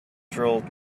drilled